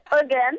Again